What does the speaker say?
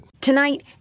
Tonight